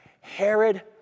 Herod